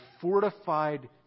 fortified